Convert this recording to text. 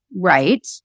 right